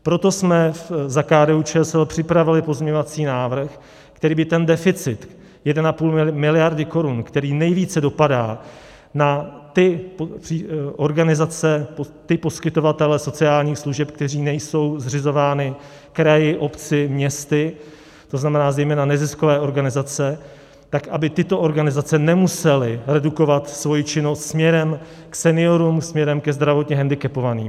Proto jsme za KDUČSL připravili pozměňovací návrh, který by ten deficit 1,5 miliardy korun, který nejvíce dopadá na organizace a poskytovatele sociálních služeb, kteří nejsou zřizováni kraji, obcemi, městy, to znamená zejména neziskové organizace, tak aby tyto organizace nemusely redukovat svoji činnost směrem k seniorům, směrem ke zdravotně hendikepovaným.